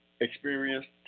experienced